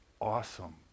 awesome